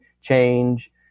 change